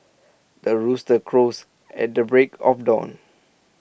the rooster crows at the break of dawn